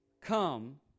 come